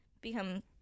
become